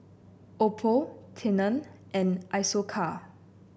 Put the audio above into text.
Oppo Tena and Isocal